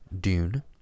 Dune